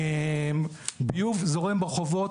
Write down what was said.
ביוב זורם ברחובות,